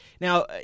Now